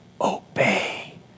Obey